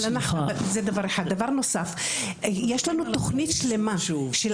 דבר נוסף: יש לנו תכנית שלמה, של